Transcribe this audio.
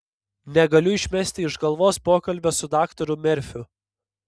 negaliu išmesti iš galvos pokalbio su daktaru merfiu